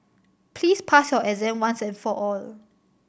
please pass your exam once and for all